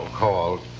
called